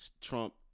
Trump